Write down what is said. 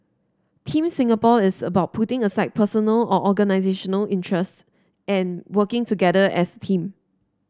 Team Singapore is about putting aside personal or organisational interests and working together as a team